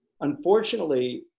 unfortunately